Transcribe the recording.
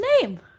name